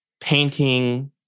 painting